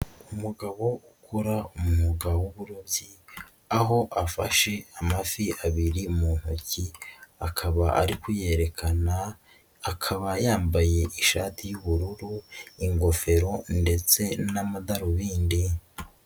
Umugabo ukora umwuga w'uburobyi aho afashe amafi abiri mu ntoki akaba ari kuyerekana, akaba yambaye ishati y'ubururu, ingofero ndetse n'amadarubindi.